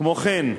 כמו כן,